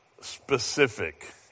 specific